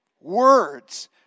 words